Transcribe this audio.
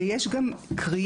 ויש גם קריאה,